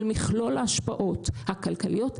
על מכלול ההשפעות הכלכליות,